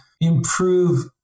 improve